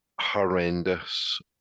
horrendous